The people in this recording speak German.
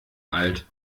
alt